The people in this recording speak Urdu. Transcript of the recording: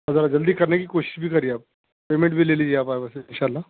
اور ذرا جلدی کرنے کی کوشش بھی کریے آپ پیمنٹ بھی لے لیجیے آپ اِنشاء اللہ